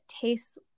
tastes